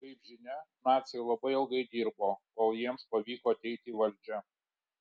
kaip žinia naciai labai ilgai dirbo kol jiems pavyko ateiti į valdžią